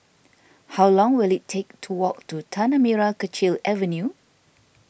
how long will it take to walk to Tanah Merah Kechil Avenue